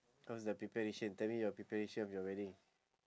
how's the preparation tell me your preparation of your wedding